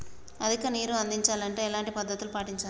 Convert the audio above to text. అధిక నీరు అందించాలి అంటే ఎలాంటి పద్ధతులు పాటించాలి?